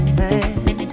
man